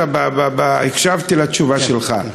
הקשבתי לתשובה שלך,